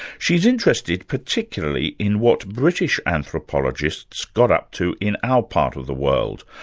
she's interested particularly in what british anthropologists got up to in our part of the world,